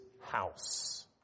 house